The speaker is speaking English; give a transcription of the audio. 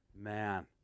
man